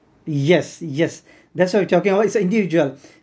yes yes that's what we're talking about it's individuals